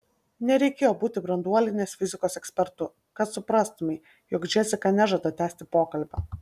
nereikėjo būti branduolinės fizikos ekspertu kad suprastumei jog džesika nežada tęsti pokalbio